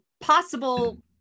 possible